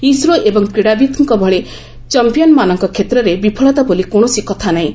ISRO ଏବଂ କ୍ରୀଡ଼ାବିତ୍କ ଭଳି ଚାମ୍ପିୟନମାନଙ୍କ କ୍ଷେତ୍ରରେ ବିଫଳତା ବୋଲି କୌଣସି କଥା ନାହିଁ